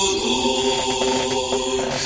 Lord